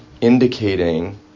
indicating